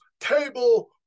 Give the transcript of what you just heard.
table